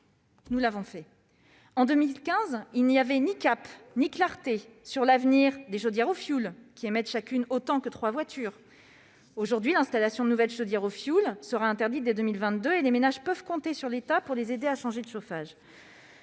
nous l'avons fait. En 2015, il n'y avait ni cap ni clarté sur l'avenir des chaudières au fioul, qui émettent chacune autant de CO2 que trois voitures. Nous avons fait en sorte que l'installation de nouvelles chaudières au fioul soit interdite dès 2022, les ménages pouvant compter sur l'État pour les aider à changer leur